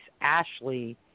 Ashley